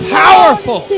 powerful